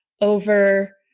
over